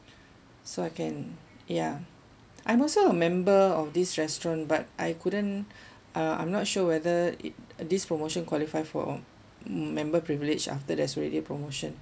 so I can ya I'm also a member of this restaurant but I couldn't uh I'm not sure whether it this promotion qualify for member privilege after there's already a promotion